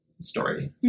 story